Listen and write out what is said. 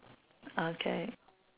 okay